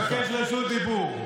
תבקש רשות דיבור.